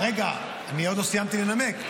רגע, אני עוד לא סיימתי לנמק.